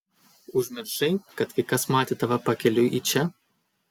užmiršai kad kai kas matė tave pakeliui į čia